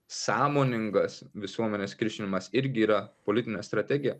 sąmoningas visuomenės kiršinimas irgi yra politinė strategija